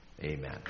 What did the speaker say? amen